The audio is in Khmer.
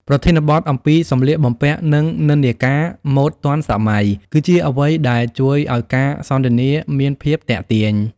ប្រធានបទអំពីសម្លៀកបំពាក់ និងនិន្នាការម៉ូដទាន់សម័យ គឺជាអ្វីដែលជួយឱ្យការសន្ទនាមានភាពទាក់ទាញ។